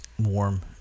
warm